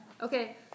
okay